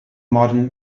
modern